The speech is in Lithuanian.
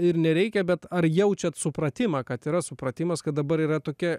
ir nereikia bet ar jaučiat supratimą kad yra supratimas kad dabar yra tokia